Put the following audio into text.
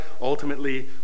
ultimately